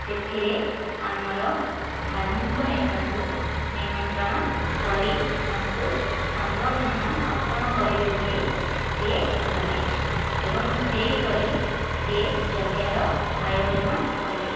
ସେଥିରେ ଆମର ଧାର୍ମିକ ନେତାଙ୍କୁ ନିମନ୍ତ୍ରଣ କରି ତାଙ୍କୁ ସମ୍ବର୍ଦ୍ଧନା ଅର୍ପଣ କରିବେ ବୋଲି ସିଏ ଭାବିଲେ ଏବଂ ସେହିପରି ସିଏ ଯଜ୍ଞର ଆୟୋଜନ କଲେ